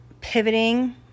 pivoting